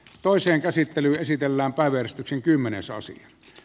asian käsittely keskeytetään